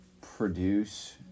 produce